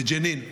בג'נין.